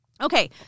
Okay